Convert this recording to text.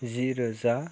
जिरोजा